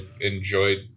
enjoyed